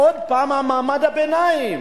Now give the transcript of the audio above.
עוד פעם מעמד הביניים,